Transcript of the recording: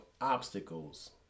obstacles